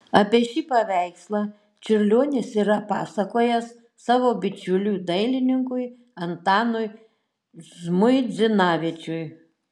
apie šį paveikslą čiurlionis yra pasakojęs savo bičiuliui dailininkui antanui žmuidzinavičiui